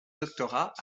doctorat